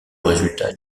résultat